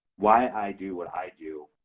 why i do what i do,